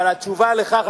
אבל התשובה לך,